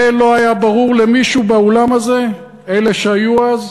זה לא היה ברור למישהו באולם הזה, אלה שהיו אז?